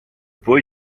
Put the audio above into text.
boy